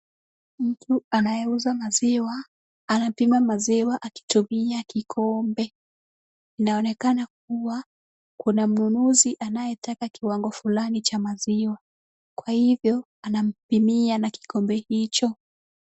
Mtu anayeuza maziwa anapima maziwa akitumia kikombe, inaonekana kuwa Kuna mnunuzi anayetaka kiwango fulani cha maziwa kwa hivyo anampimia na kikombe hicho.